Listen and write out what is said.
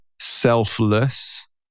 selfless